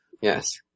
Yes